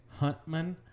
Huntman